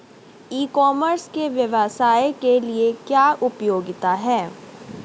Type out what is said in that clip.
ई commerce के व्यवसाय के लिए क्या उपयोगिता है?